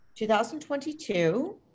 2022